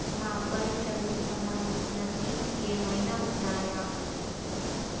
మా అబ్బాయి చదువుకి సంబందించిన స్కీమ్స్ ఏమైనా ఉన్నాయా?